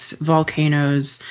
volcanoes